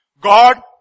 God